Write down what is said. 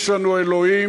יש לנו אלוהים,